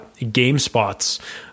GameSpots